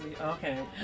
Okay